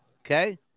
Okay